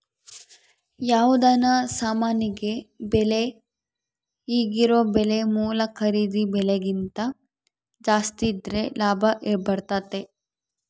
ಯಾವುದನ ಸಾಮಾನಿನ ಬೆಲೆ ಈಗಿರೊ ಬೆಲೆ ಮೂಲ ಖರೀದಿ ಬೆಲೆಕಿಂತ ಜಾಸ್ತಿದ್ರೆ ಲಾಭ ಬರ್ತತತೆ